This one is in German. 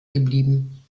geblieben